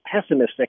pessimistic